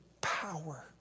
power